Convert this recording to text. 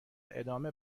ادامه